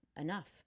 enough